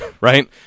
right